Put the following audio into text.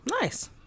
nice